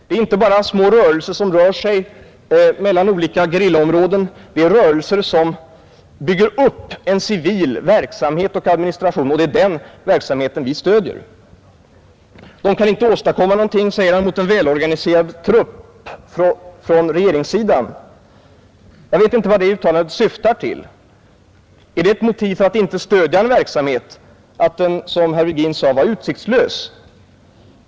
Det är inte bara små rörelser, som rör sig mellan olika gerillaområden, det är rörelser som bygger upp en civil verksamhet och administration, och det är den verksamheten som vi stöder. De kan inte åstadkomma någonting, säger han, mot välorganiserade trupper från regeringssidan. Jag vet inte vad det uttalandet syftar till. Är det ett motiv att inte stödja en verksamhet att den, som herr Virgin sade, är en utsiktslös kamp?